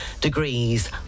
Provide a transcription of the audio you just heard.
degrees